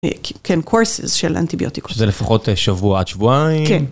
כן, קורס של אנטיביוטיקיות. זה לפחות שבוע עד שבועיים?